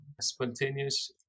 spontaneous